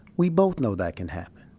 we both know that can happen.